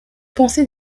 penser